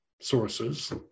sources